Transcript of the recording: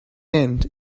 end